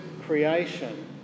creation